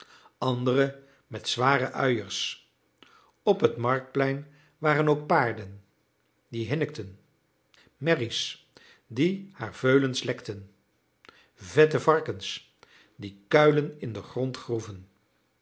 andere met zware uiers op het marktplein waren ook paarden die hinnikten merries die haar veulens lekten vette varkens die kuilen in den grond groeven